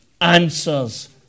answers